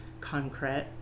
concrete